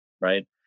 right